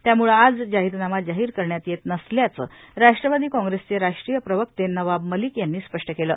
त्यामुळं आज जाहिरनामा जाहीर करण्यात येत नसल्याचं राष्ट्रवादी काँग्रेसचे राष्ट्रीय प्रवक्ते नवाब मलिक यांनी स्पष्ट केलं